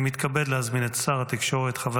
אני מתכבד להזמין את שר התקשורת חבר